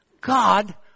God